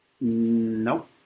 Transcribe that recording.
Nope